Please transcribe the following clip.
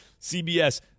CBS